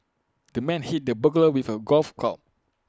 the man hit the burglar with A golf club